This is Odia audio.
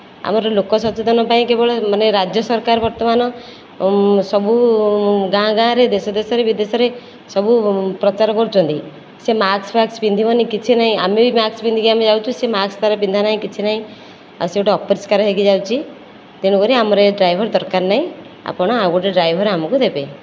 ଆମର ଲୋକ ସଚେତନ ପାଇଁ କେବଳ ମାନେ ରାଜ୍ୟ ସରକାର ବର୍ତ୍ତମାନ ସବୁ ଗାଁ ଗାଁ ରେ ଦେଶ ଦେଶ ରେ ବିଦେଶରେ ସବୁ ପ୍ରଚାର କରୁଛନ୍ତି ସେ ମାସ୍କ ଫାସ୍କ ପିନ୍ଧିବନି କିଛି ନାହିଁ ଆମେ ବି ମାସ୍କ ପିନ୍ଧିକି ଆମେ ଯାଉଛୁ ସେ ମାସ୍କ ତାର ପିନ୍ଧା ନାହିଁ କିଛି ନାହିଁ ଆଉ ସେ ଗୋଟିଏ ଅପରିଷ୍କାର ହୋଇକି ଯାଉଛି ତେଣୁକରି ଆମର ଏ ଡ୍ରାଇଭର ଦରକାର ନାହିଁ ଆପଣ ଆଉ ଗୋଟିଏ ଡ୍ରାଇଭର ଆମକୁ ଦେବେ